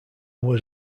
was